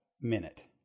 minute